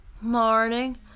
morning